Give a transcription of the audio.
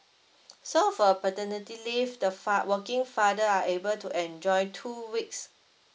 so for paternity leave the fa~ working father are able to enjoy two weeks